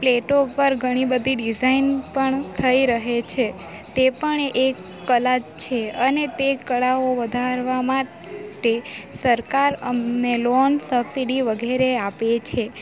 પ્લેટો ઉપર ઘણી બધી ડિઝાઇન પણ થઈ રહે છે તે પણ એક કલા જ છે અને તે કળાઓ વધારવા માટે સરકાર અમને લોન સબસીડી વગેરે આપે છે